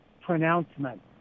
pronouncement